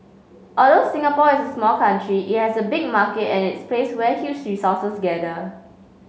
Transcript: although Singapore is a small country it has a big market and its a place where huge resources gather